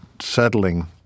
settling